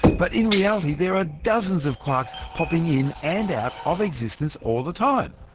but in reality, there are dozens of quarks popping in and out of existence all the time.